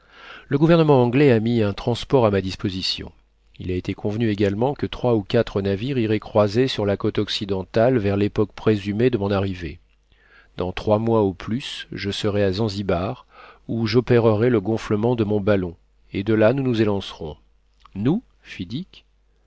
le gouvernement anglais a mis un transport à ma disposition il a été convenu également que trois ou quatre navires iraient croiser sur la côte occidentale vers l'époque présumée de mon arrivée dans trois mois au plus je serai à zanzibar où j'opérerai le gonflement de mon ballon et de là nous nous élancerons nous